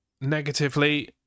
Negatively